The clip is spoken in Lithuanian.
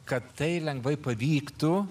kad tai lengvai pavyktų